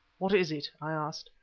what is it? i asked.